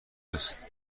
است